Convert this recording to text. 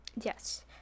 Yes